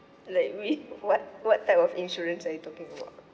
like read what what type of insurance are you talking about